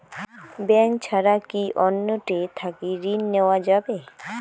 Bank ছাড়া কি অন্য টে থাকি ঋণ পাওয়া যাবে?